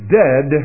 dead